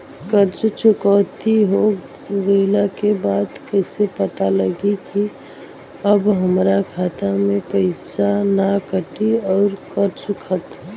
कर्जा चुकौती हो गइला के बाद कइसे पता लागी की अब हमरा खाता से पईसा ना कटी और कर्जा खत्म?